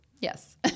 Yes